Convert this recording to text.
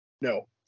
no